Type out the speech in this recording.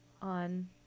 On